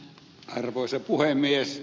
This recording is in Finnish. arvoisa puhemies